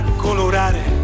colorare